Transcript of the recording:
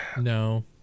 No